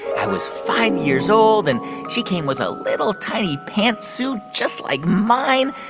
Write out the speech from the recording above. i was five years old, and she came with a little tiny pantsuit just like mine,